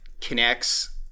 connects